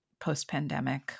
post-pandemic